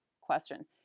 question